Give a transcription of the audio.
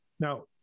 Now